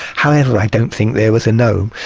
however, i don't think there was a gnome.